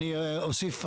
אני אוסיף.